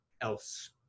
else